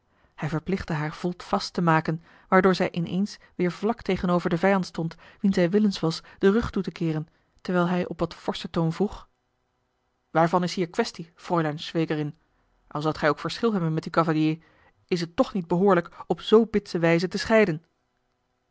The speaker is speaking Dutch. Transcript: hij verplichtte haar volte face te maken waardoor zij in eens weêr vlak tegenover den vijand stond wien zij willens was den rug toe te keeren terwijl hij op wat forschen toon vroeg waarvan is hier quaestie fräulein schwägerin al zoudt gij ook verschil hebben met uw cavalier is het toch niet behoorlijk op zoo bitse wijze te scheiden